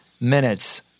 minutes